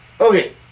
Okay